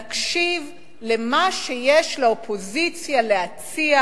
נקשיב למה שיש לאופוזיציה להציע,